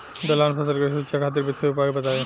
दलहन फसल के सुरक्षा खातिर विशेष उपाय बताई?